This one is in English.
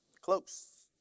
Close